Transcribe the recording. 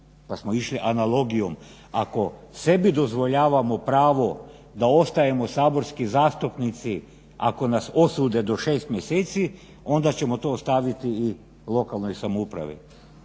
pa smo išli analogijom ako sebi dozvoljavamo pravo da ostajemo saborski zastupnici ako nas osude do 6 mjeseci onda ćemo to ostaviti i lokalnoj samoupravi.